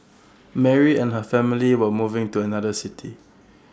Mary and her family were moving to another city